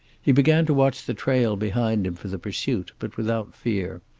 he began to watch the trail behind him for the pursuit, but without fear.